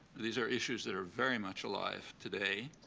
these are issues that are very much alive today.